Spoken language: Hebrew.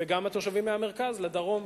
וגם התושבים מהמרכז לדרום.